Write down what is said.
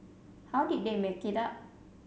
how did they make it up